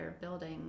building